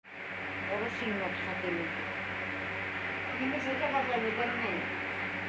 विदेशी मुद्रा सेवा में विदेशी पईसा बदलला के सुविधा भी मिलत हवे